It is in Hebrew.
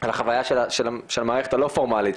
על החוויה של המערכת הלא פורמלית,